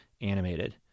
animated